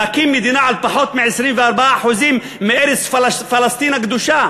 להקים מדינה על פחות מ-24% מארץ פלסטין הקדושה